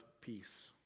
Peace